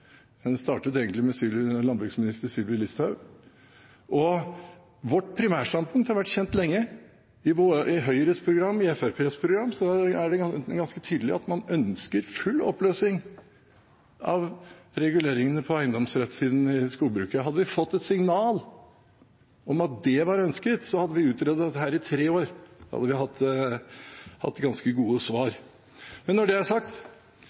den startet egentlig med landbruksminister Sylvi Listhaug – og vårt primærstandpunkt har vært kjent lenge. I Høyres program og i Fremskrittspartiets program er det ganske tydelig at man ønsker full oppløsning av reguleringene på eiendomsrettssiden i skogbruket. Hadde vi fått et signal om at det var ønsket, hadde vi utredet dette i tre år og hatt ganske gode svar. Men når det er sagt,